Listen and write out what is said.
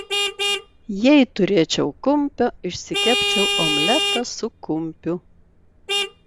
jei turėčiau kumpio išsikepčiau omletą su kumpiu